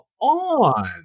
on